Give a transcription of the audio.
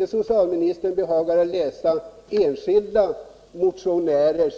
Om socialministern inte behagar läsa om enskilda motionärers